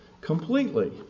completely